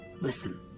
Listen